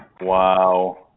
Wow